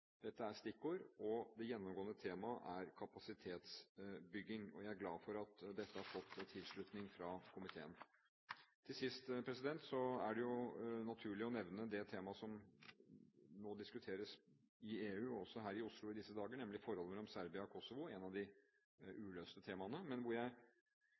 er stikkord, og det gjennomgående temaet er kapasitetsbygging. Jeg er glad for at dette har fått tilslutning fra komiteen. Til sist er det naturlig å nevne det temaet som nå diskuteres i EU, og også her i Oslo i disse dager, nemlig forholdet mellom Serbia og Kosovo – et av de